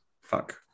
Fuck